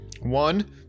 One